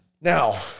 Now